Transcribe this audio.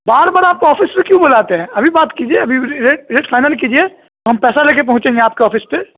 بار بار آپ کو آفس میں کیوں بلاتے ہیں ابھی بات کیجیے ابھی ریٹ ریٹ فائنل کیجیے ہم پیسہ لے کے پہنچیں گے آپ کے آفس پہ